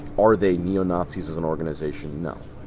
are they neo-nazis as an organization? no.